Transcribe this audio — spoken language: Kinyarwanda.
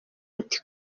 ati